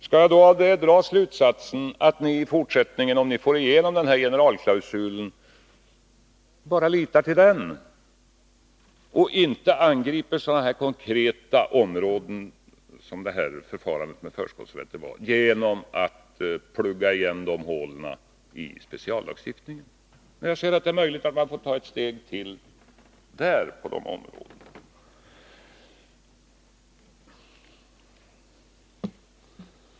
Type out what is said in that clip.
Skall jag av detta dra slutsatsen att ni i fortsättningen, om ni får igenom denna generalklausul, bara litar till den och inte angriper sådana konkreta områden såsom förfarandet med förskottsräntor genom att plugga igen hål i speciallagstiftningen? Det är ju möjligt att man får ta ett steg till där.